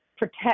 protect